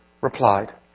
replied